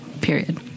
period